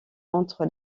entre